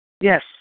Yes